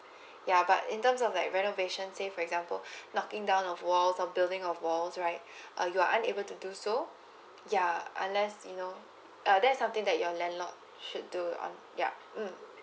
ya but in terms of like renovation say for example knocking down of wall or building of walls right uh you are unable to do so ya unless you know uh that's something that your landlord should do on ya mm